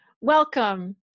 Welcome